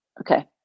okay